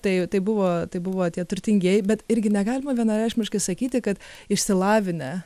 tai tai buvo tai buvo tie turtingieji bet irgi negalima vienareikšmiškai sakyti kad išsilavinę